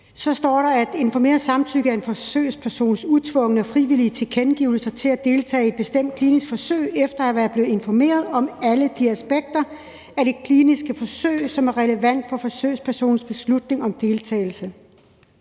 står der, at informeret samtykke er »en forsøgspersons utvungne og frivillige tilkendegivelse af sin vilje til at deltage i et bestemt klinisk forsøg efter at være blevet informeret om alle de aspekter af det kliniske forsøg, som er relevante for forsøgspersonens beslutning om at deltage«.